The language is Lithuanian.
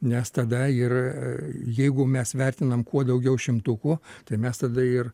nes tada ir jeigu mes vertinam kuo daugiau šimtukų tai mes tada ir